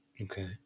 Okay